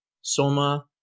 Soma